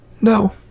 No